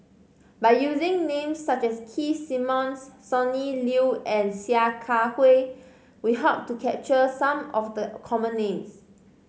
by using names such as Keith Simmons Sonny Liew and Sia Kah Hui we hope to capture some of the common names